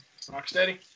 Rocksteady